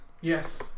Yes